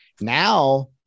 Now